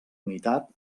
unitat